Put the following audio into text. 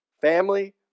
family